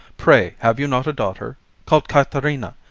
pray, have you not a daughter call'd katherina,